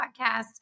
podcast